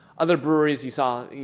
other breweries you saw,